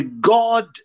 God